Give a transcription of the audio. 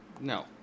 No